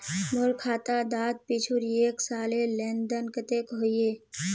मोर खाता डात पिछुर एक सालेर लेन देन कतेक होइए?